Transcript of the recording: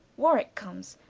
warwicke comes,